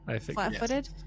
flat-footed